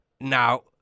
Now